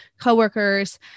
coworkers